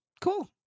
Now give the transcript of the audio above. Cool